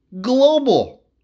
global